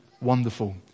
wonderful